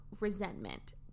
resentment